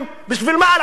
בשביל מה על ערבים?